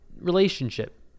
relationship